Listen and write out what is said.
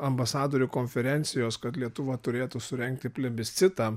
ambasadorių konferencijos kad lietuva turėtų surengti plebiscitą